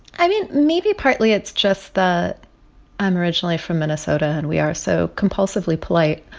i mean, maybe partly it's just that i'm originally from minnesota and we are so compulsively polite.